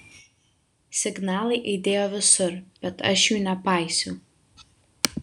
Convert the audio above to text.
signalai aidėjo visur bet aš jų nepaisiau